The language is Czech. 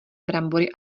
brambory